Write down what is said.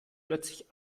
plötzlich